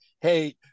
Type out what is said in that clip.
hey